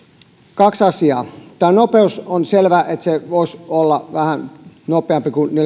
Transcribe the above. kaksi asiaa nopeudesta on selvää että se voisi olla vähän nopeampi kuin